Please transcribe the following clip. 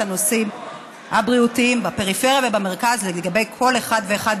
הנושאים הבריאותיים בפריפריה ובמרכז לגבי כל אחד ואחד,